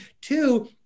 Two